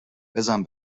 بزن